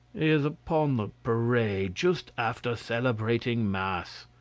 is upon the parade just after celebrating mass,